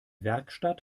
werkstatt